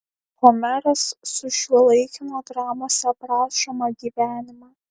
homeras sušiuolaikino dramose aprašomą gyvenimą